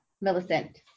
Millicent